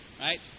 Right